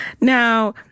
Now